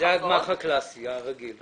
זה הגמ"ח הקלאסי, הרגיל.